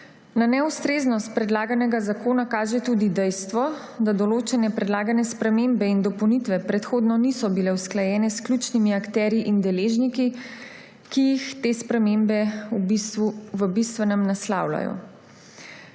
Na neustreznost predlaganega zakona kaže tudi dejstvo, da določene predlagane spremembe in dopolnitve predhodno niso bile usklajene s ključnimi akterji in deležniki, ki jih te spremembe v bistvenem naslavljajo.